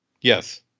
Yes